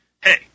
Hey